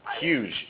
huge